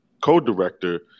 co-director